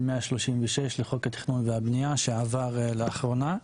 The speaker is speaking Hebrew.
136 לחוק התכנון והבנייה שעבר לאחרונה.